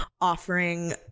offering